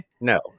No